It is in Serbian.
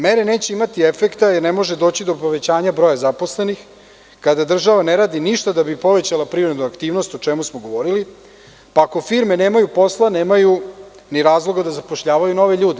Mere neće imati efekta jer ne može doći do povećanja broja zaposlenih kada država ne radi ništa da bi povećala privrednu aktivnost, o čemu smo govorili, pa ako firme nemaju posla, nemaju ni razloga da zapošljavaju nove ljude.